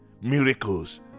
Miracles